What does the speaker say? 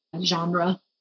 genre